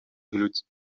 gloed